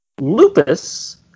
Lupus